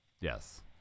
yes